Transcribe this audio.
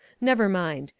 never mind.